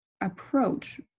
approach